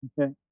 Okay